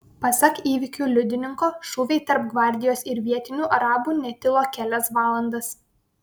pasak įvykių liudininko šūviai tarp gvardijos ir vietinių arabų netilo kelias valandas